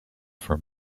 for